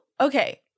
Okay